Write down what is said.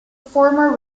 former